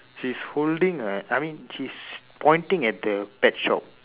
she's holding a I mean she's pointing at the pet shop